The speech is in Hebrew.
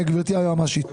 גברתי היועמ"שית.